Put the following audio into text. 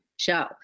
show